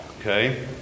okay